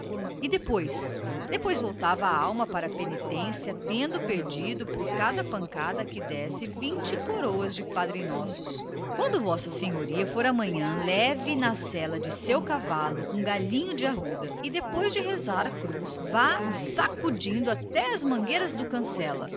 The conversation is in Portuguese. e depois depois volta a alma para penitência tendo perdido por pancada que deu vinte coroas de padre nossos quando v s a for amanhã é bom levar na sela do seu cavalo um galhinho de arruda e ao depois de rezar à cruz vá sacudindo sempre até as mangueiras do cancela